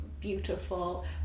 beautiful